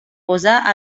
posar